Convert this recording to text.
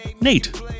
Nate